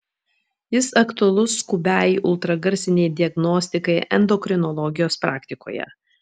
jis aktualus skubiai ultragarsinei diagnostikai endokrinologijos praktikoje